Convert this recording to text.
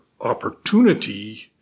opportunity